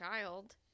child